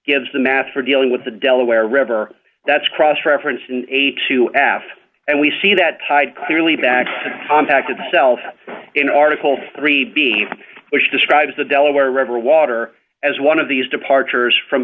gives the math for dealing with the delaware river that's cross referenced in a two after and we see that tide clearly back contact itself in article three b which describes the delaware river water as one of these departures from